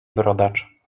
brodacz